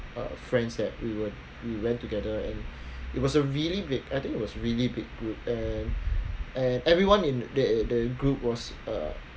uh friends that we were we went together and it was a really big I think it was really big group and and everyone in the the group was uh